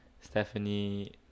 Stephanie